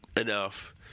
enough